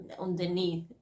underneath